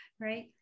right